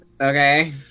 okay